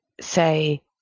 say